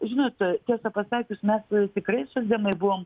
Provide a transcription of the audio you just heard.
žinot tiesą pasakius mes tikrai socdemai buvom